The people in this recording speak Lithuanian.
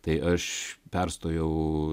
tai aš perstojau